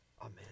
Amen